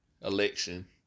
election